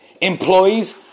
employees